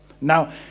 Now